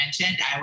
mentioned